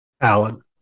Alan